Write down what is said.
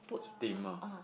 steamer